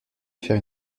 faire